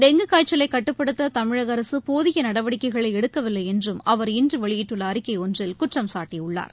dengue காயச்சலை கட்டுப்படுத்த தமிழக அரசு போதிய நடவடிக்கைகளை எடுக்கவில்லை என்றும் அவர் இன்று வெளியிட்டுள்ள அறிக்கை ஒன்றில் குற்றம்சாட்டியுள்ளார்